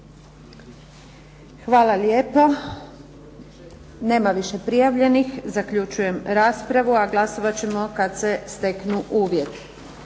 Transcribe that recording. Hvala lijepo. Nema više prijavljenih. Zaključujem raspravu, a glasovat ćemo kad se steknu uvjeti.